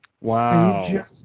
Wow